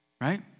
Right